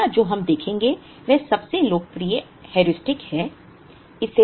अब तीसरा जो हम देखेंगे वह सबसे लोकप्रिय हेयुरिस्टिक है